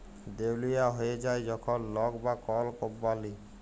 দেউলিয়া হঁয়ে যায় যখল লক বা কল কম্পালি